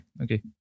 Okay